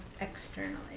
externally